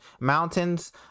Mountains